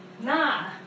nah